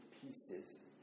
pieces